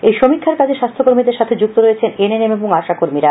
এই সমীক্ষার কাজে স্বাস্থ্য কর্মীদের সাথে যুক্ত রয়েছেন এএনএম ও আশা কর্মীরা